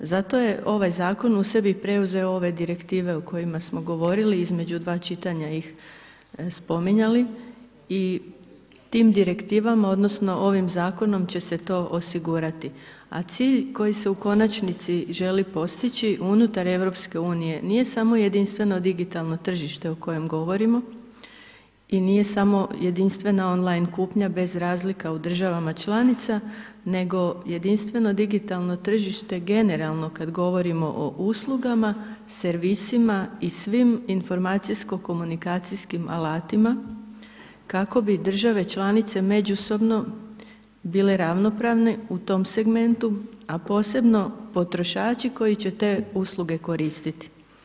Zato je ovaj Zakon u sebi preuzeo ove Direktive o kojima smo govorili, između dva čitanja ih spominjali, i tim Direktivama odnosno ovim Zakonom će se to osigurati, a cilj koji se u konačnici želi postići unutar EU nije samo jedinstveno digitalno tržište o kojem govorimo i nije samo jedinstvena on line kupnja bez razlika u državama članica, nego jedinstveno digitalno tržište generalno kad govorimo o uslugama, servisima i svim informacijsko-komunikacijskim alatima, kako bi države članice međusobno bile ravnopravne u tom segmentu, a posebno potrošači koji će te usluge koristiti.